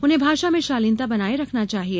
उन्हें भाषा में शालीनता बनाये रखनी चाहिए